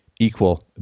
equal